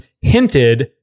hinted